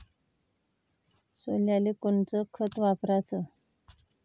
सोल्याले कोनचं खत वापराव?